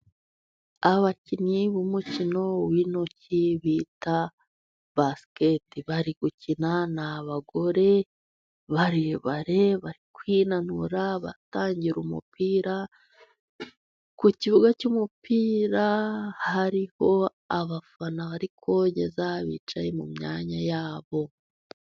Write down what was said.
Abakinnyi b'umukino w'intoki bita basikete, bari gukina, ni abagore barebare bari kwinanura batangira umupira. Ku kibuga cy'umupira hariho abafana bari kogeza, bicaye mu myanya yabo.